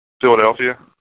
Philadelphia